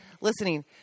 listening